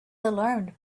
alarmed